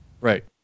Right